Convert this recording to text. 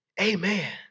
amen